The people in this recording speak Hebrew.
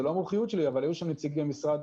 זה לא המומחיות שלי היו שם נציגי משרד